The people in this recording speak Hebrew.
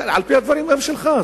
על-פי הדברים שלך,